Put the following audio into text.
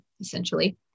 essentially